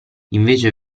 invece